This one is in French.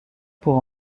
pour